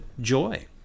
joy